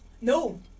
No